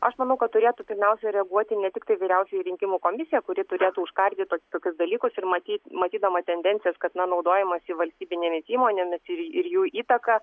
aš manau kad turėtų pirmiausia reaguoti ne tiktai vyriausioji rinkimų komisija kuri turėtų užkardyt tokius dalykus ir matyt matydama tendencijas kad na naudojamasi valstybinėmis įmonėmis ir j ir jų įtaka